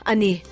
Ani